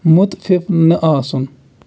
مُتفِف نہٕ آسُن